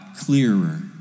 clearer